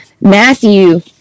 Matthew